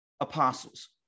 apostles